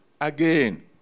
again